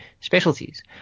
specialties